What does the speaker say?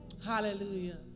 Hallelujah